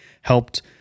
helped